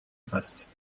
face